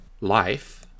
life